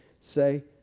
say